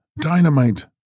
Dynamite